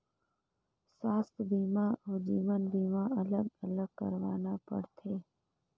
स्वास्थ बीमा अउ जीवन बीमा अलग अलग करवाना पड़थे?